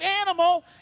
animal